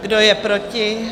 Kdo je proti?